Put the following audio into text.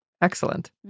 Excellent